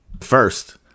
first